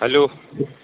hello